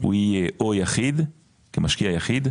הוא יהיה או יחיד כמשקיע יחיד,